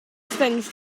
things